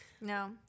No